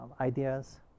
ideas